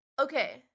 okay